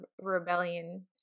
rebellion